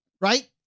right